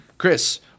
Chris